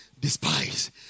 Despise